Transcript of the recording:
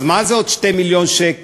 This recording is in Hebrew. אז מה זה עוד 2 מיליון שקל?